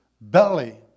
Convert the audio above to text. belly